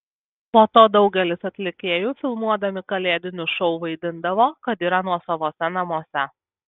po to daugelis atlikėjų filmuodami kalėdinius šou vaidindavo kad yra nuosavose namuose